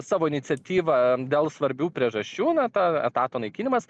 savo iniciatyva dėl svarbių priežasčių na ta etato naikinimas